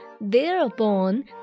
Thereupon